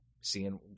seeing